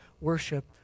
worship